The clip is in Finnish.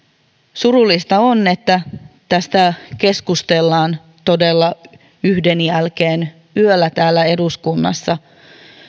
surullista on että tästä keskustellaan todella yhden jälkeen yöllä täällä eduskunnassa